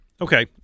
Okay